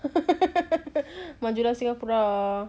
majulah Singapura